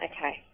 okay